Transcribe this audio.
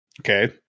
Okay